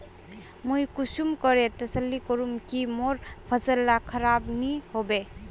मुई कुंसम करे तसल्ली करूम की मोर फसल ला खराब नी होबे?